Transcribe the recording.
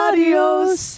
Adios